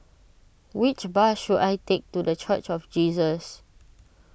which bus should I take to the Church of Jesus